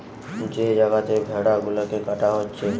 যে জাগাতে ভেড়া গুলাকে কাটা হচ্ছে